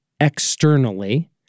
externally